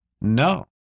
No